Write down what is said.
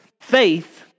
faith